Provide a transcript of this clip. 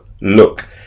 look